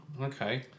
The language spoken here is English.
Okay